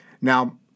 Now